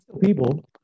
People